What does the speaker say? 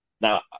Now